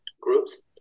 groups